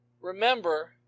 Remember